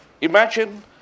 Imagine